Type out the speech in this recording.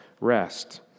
rest